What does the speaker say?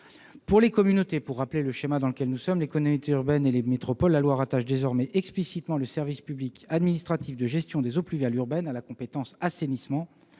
des eaux pluviales. Je rappellerai le schéma dans lequel nous évoluons. Pour les communautés urbaines et les métropoles, la loi rattache désormais explicitement le service public administratif de gestion des eaux pluviales urbaines à la compétence « assainissement